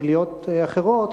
תגליות אחרות,